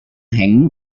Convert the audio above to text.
hängen